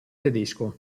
tedesco